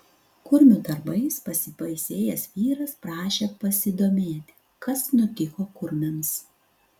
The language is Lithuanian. kurmių darbais pasibaisėjęs vyras prašė pasidomėti kas nutiko kurmiams